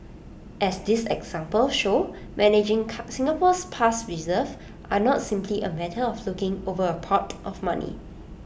as these examples show managing Singapore's past reserves are not simply A matter of looking over A pot of money